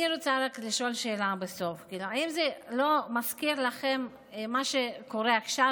אני רוצה רק לשאול שאלה בסוף: האם זה לא מזכיר לכם את מה שקורה עכשיו,